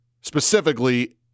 specifically